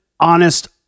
honest